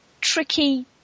tricky